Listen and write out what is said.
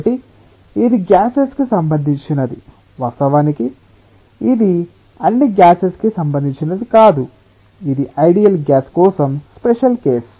కాబట్టి ఇది గ్యాసెస్ కు సంబంధించినది వాస్తవానికి ఇది అన్ని గ్యాసెస్ కి సంబంధించినది కాదు ఇది ఐడియల్ గ్యాసెస్ కోసం స్పెషల్ కేస్